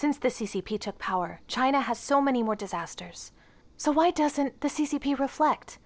since the c c p took power china has so many more disasters so why doesn't the c c p reflect